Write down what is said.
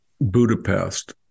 Budapest